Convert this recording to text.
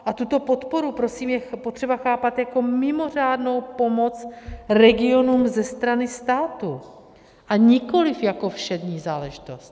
A tuto podporu je prosím potřeba chápat jako mimořádnou pomoc regionům ze strany státu, a nikoliv jako všední záležitost.